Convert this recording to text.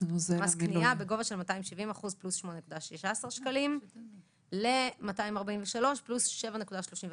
בגובה של 27-% + 8.16 שקלים ל-243% + 7.34 שקלים.